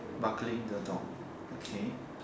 buckling the door okay